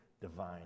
divine